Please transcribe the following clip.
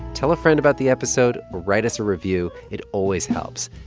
tell a friend about the episode or write us a review. it always helps.